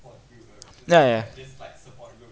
ya ya